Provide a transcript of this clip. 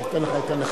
לפי דעתי,